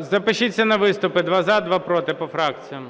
Запишіться на виступи: два – за, два – проти, по фракціям.